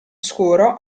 scuro